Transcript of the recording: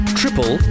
triple